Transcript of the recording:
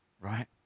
right